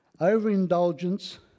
overindulgence